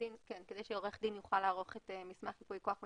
כדי שעורך דין יוכל לערוך את מסמך ייפוי הכוח המתמשך,